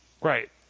Right